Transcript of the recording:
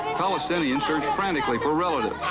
palestinians searched frantically for relatives.